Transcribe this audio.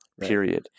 Period